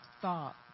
thought